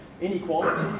inequality